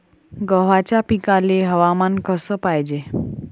गव्हाच्या पिकाले हवामान कस पायजे?